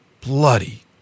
bloody